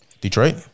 Detroit